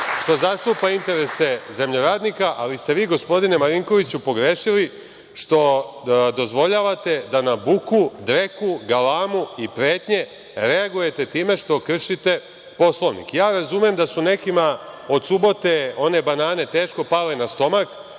što zastupa interese zemljoradnika ali ste vi, gospodine Marinkoviću, pogrešili što dozvoljavate da na buku, dreku, galamu i pretnju reagujete time što kršite Poslovnik. Ja razumem da su nekima od subote one banane teško pale na stomak,